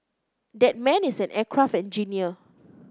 that man is an aircraft engineer